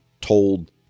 told